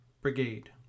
brigade